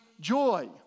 joy